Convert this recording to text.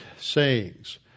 sayings